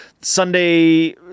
Sunday